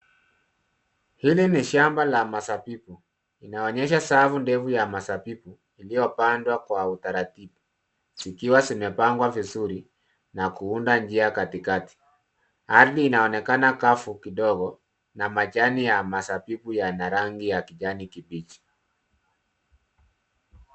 Hili ni shamba la mazabibu. Linaonyesha safu ndefu ya mazabibu iliyo pandwa kwa utaratibu, zikiwa zimepangwa vizuri na kuunda njia katikati. Ardhi inaonekana kavu kidogo na majani ya mazabibu yana rangi ya kijani kibichi.